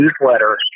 newsletter